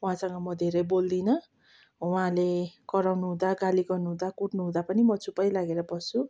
उहाँसँग म धेरै बोल्दिनँ उहाँले कराउनु हुँदा गाली गर्नु हुँदा कुट्नु हुँदा पनि म चुपै लागेर बस्छु